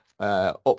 up